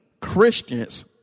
Christians